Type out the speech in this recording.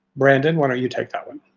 brandon, why don't you take that one?